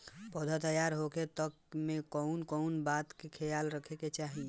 पौधा तैयार होखे तक मे कउन कउन बात के ख्याल रखे के चाही?